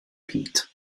peat